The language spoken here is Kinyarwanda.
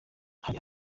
hari